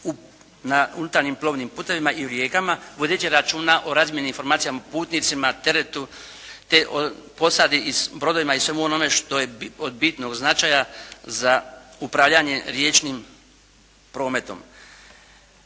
na unutarnjim plovnim putovima i rijekama, vodeći računa o razmjeni informacijama putnicima, teretu te posadi, brodovima i svemu onome što je od bitnog značaja za upravljanje riječnim prometom.